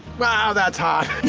wow, that's hot.